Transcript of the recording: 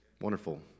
Wonderful